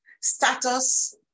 Status